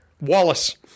Wallace